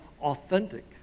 authentic